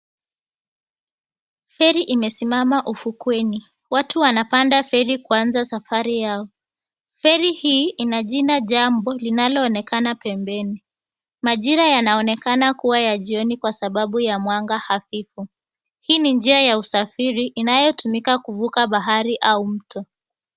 Feri imesimama ufukweni. Watu wanapanda feri kuanza safari yao. Feri Ina jina Jambo linaloonekana pembeni. Majira yanaonekana kuwa ya jioni kwa sababu ya mwanga hafifu. Hii ni njia ya usafiri inayotumika kufuka bahari au mto.